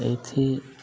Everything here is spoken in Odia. ଏଇଥି